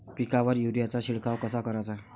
पिकावर युरीया चा शिडकाव कसा कराचा?